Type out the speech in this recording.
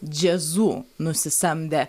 džiazu nusisamdė